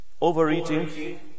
overeating